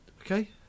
Okay